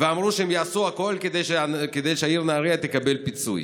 ואמרו שהם יעשו הכול כדי שהעיר נהריה תקבל פיצוי.